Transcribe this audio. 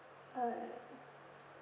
uh